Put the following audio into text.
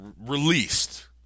released